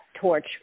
torch